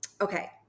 Okay